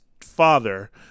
father